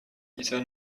dieser